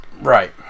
Right